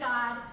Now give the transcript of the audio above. God